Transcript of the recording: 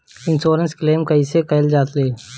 Insurance claim कइसे कइल जा ले?